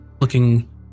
looking